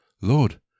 Lord